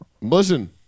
Listen